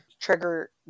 trigger